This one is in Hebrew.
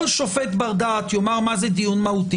כל שופט בר דעת יאמר מהו דיון מהותי.